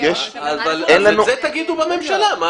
תגידו בממשלה.